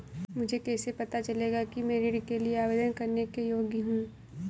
मुझे कैसे पता चलेगा कि मैं ऋण के लिए आवेदन करने के योग्य हूँ?